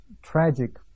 Tragic